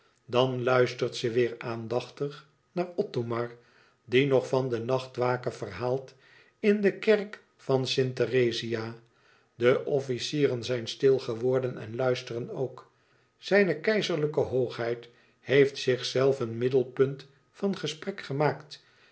dan luistert ze weêr aandachtig naar othomar die nog van de nachtwake verhaalt in de kerk van st therezia de officieren zijn stil geworden en luisteren ook zijne keizerlijke hoogheid heeft zichzelven middenpunt van gesprek gemaakt